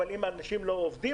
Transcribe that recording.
אבל אם האנשים לא עובדים,